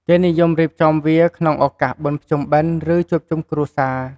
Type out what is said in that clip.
គេនិយមរៀបចំវាក្នុងឱកាសបុណ្យភ្ជុំបិណ្ឌ ឬជួបជុំគ្រួសារ។